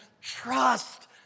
trust